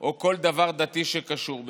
או כל דבר דתי שקשור בזה.